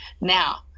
now